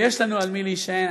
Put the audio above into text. ויש לנו על מי להישען.